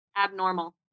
abnormal